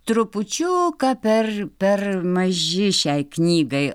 trupučiuką per per maži šiai knygai